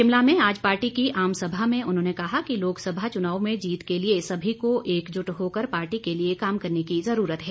शिमला में आज पार्टी की आम सभा में उन्होंने कहा कि लोकसभा चुनाव में जीत के लिए सभी को एकजुट होकर पार्टी के लिए काम करने की जरूरत है